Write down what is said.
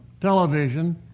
television